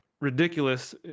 ridiculous